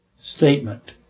statement